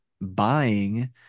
buying